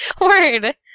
Word